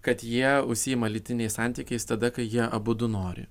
kad jie užsiima lytiniais santykiais tada kai jie abudu nori